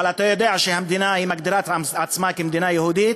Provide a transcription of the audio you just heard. אבל אתה יודע שהמדינה מגדירה את עצמה כמדינה יהודית,